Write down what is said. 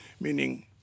meaning